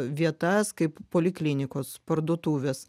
vietas kaip poliklinikos parduotuvės